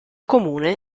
comune